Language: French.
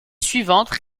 suivante